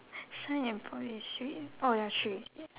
sign and Paul is three oh ya three